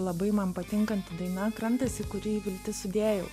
labai man patinkanti daina krantas į kurį viltis sudėjau